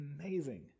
amazing